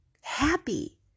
happy